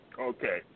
Okay